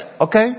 Okay